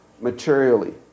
materially